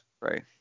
Right